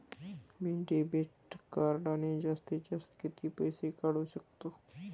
मी debit कार्डने जास्तीत जास्त किती पैसे काढू शकतो?